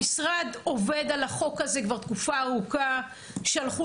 המשרד עובד על החוק הזה כבר תקופה ארוכה; שלחו